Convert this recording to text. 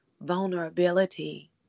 vulnerability